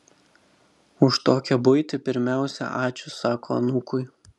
už tokią buitį pirmiausia ačiū sako anūkui